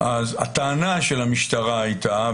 אז הטענה של המשטרה הייתה,